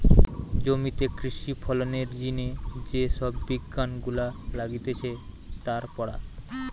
জমিতে কৃষি ফলনের জিনে যে সব বিজ্ঞান গুলা লাগতিছে তার পড়া